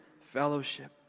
fellowship